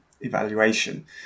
evaluation